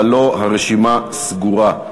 ולא, הרשימה סגורה.